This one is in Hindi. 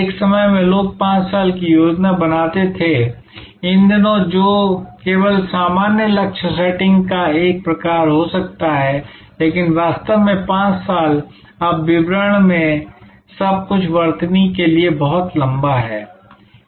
एक समय में लोग 5 साल की योजना बनाते थे इन दिनों जो केवल सामान्य लक्ष्य सेटिंग का एक प्रकार हो सकता है लेकिन वास्तव में 5 साल अब विवरण में सब कुछ वर्तनी के लिए बहुत लंबा है